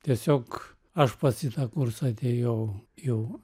tiesiog aš pats į tą kursą atėjau jau